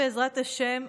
בעזרת השם,